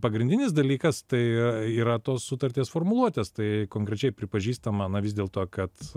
pagrindinis dalykas tai yra tos sutarties formuluotės tai konkrečiai pripažįstama na vis dėl to kad